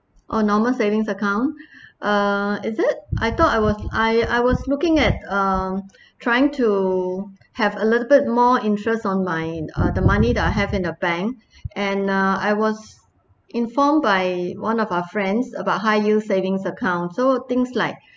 oh normal saving account uh is it I thought I was I was looking at uh trying to have a little bit more interest on mine uh the money that I have in your bank and uh I was informed by one of our friends about high yield saving account so things like